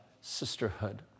sisterhood